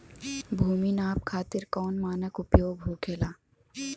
भूमि नाप खातिर कौन मानक उपयोग होखेला?